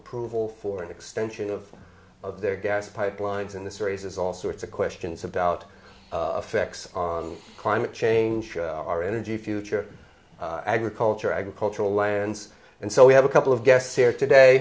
approval for an extension of of their gas pipelines and this raises all sorts of questions about affects on climate change our energy future agriculture agricultural lands and so we have a couple of guests here today